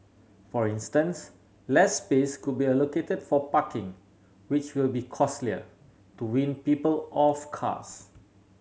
for instance less space could be allocated for parking which will be costlier to wean people off cars